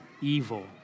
evil